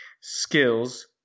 skills